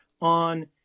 on